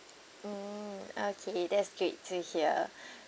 oh okay that's great to hear